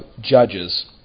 Judges